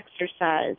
exercise